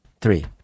Three